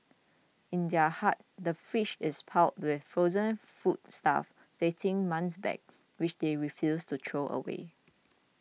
in their hut the fridge is piled with frozen foodstuff dating months back which they refuse to throw away